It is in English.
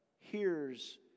hears